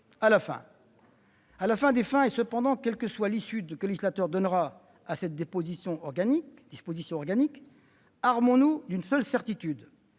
À la fin des fins cependant, quelle que soit l'issue que le législateur donnera à cette disposition organique, armons-nous d'une seule certitude